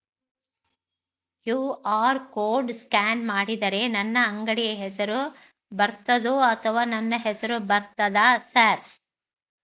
QR code scan ಮಾಡಿದರೆ ನನ್ನ ಅಂಗಡಿ ಹೆಸರು ಬರ್ತದೋ ಅಥವಾ ನನ್ನ ಹೆಸರು ಬರ್ತದ ಸರ್?